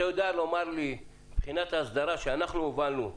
אתה יודע לומר לי מבחינת ההסדרה שאנחנו הובלנו,